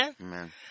Amen